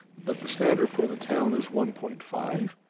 but the standard for the town is one point five,